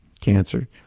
cancer